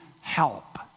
help